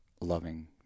loving